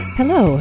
Hello